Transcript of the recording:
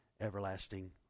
everlasting